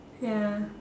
ya